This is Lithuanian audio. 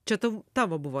čia tau tavo buvo